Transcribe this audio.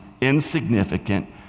insignificant